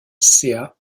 service